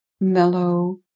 mellow